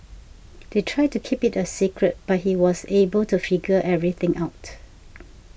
they tried to keep it a secret but he was able to figure everything out